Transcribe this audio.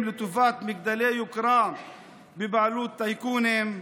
לטובת מגדלי יוקרה בבעלות טייקונים,